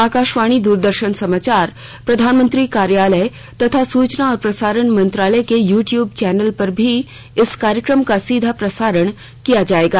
आकाशवाणी द्रदर्शन समाचार प्रधानमंत्री कार्यालय तथा सुचना और प्रसारण मंत्रालय के यूट्यूब चैनलों पर भी इस कार्यक्रम का सीधा प्रसारण किया जाएगा